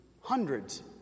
Hundreds